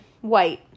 white